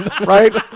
Right